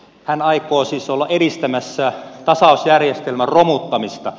hän aikoo siis olla edistämässä tasausjärjestelmän romuttamista